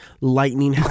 lightning